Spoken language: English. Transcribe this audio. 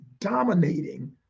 dominating